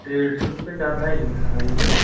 देढ़ सौ रुपये ज़्यादा ही है सरस अभी तो